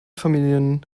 familien